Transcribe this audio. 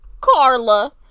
Carla